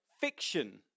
fiction